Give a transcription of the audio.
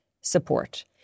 support